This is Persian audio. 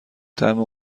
طعم